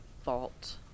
fault